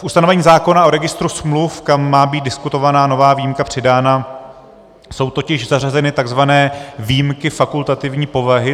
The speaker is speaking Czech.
V ustanovení zákona o registru, kam má být diskutovaná nová výjimka přidána, jsou totiž zařazeny tzv. výjimky fakultativní povahy.